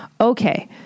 Okay